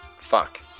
Fuck